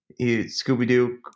Scooby-Doo